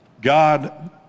God